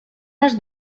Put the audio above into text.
les